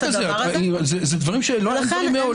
זה דברים שלא היו מעולם.